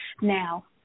Now